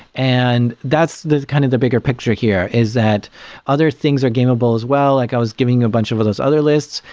and that's the kind of the bigger picture here, is that other things are gamable as well. like i was giving a bunch of those other lists.